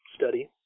study